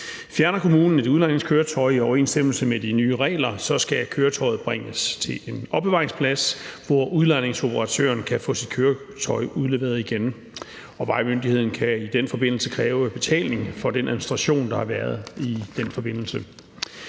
Fjerner kommunen et udlejningskøretøj i overensstemmelse med de nye regler, skal køretøjet bringes til en opbevaringsplads, hvor udlejningsoperatøren kan få sit køretøj udleveret igen. Vejmyndigheden kan i den forbindelse kræve betaling for den administration, der har været. Det vil